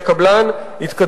יום,